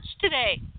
today